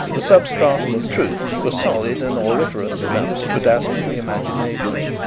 the substratum of truth was solid and auriferous enough to dazzle the imagination.